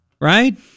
Right